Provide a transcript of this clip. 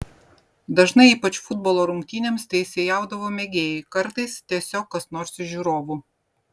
dažnai ypač futbolo rungtynėms teisėjaudavo mėgėjai kartais tiesiog kas nors iš žiūrovų